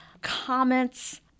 comments